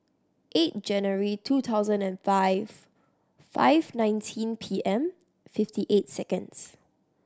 eight January two thousand and five five nineteen P M fifty eight seconds